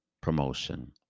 promotion